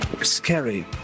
scary